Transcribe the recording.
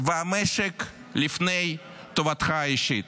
והמשק לפני טובתך האישית.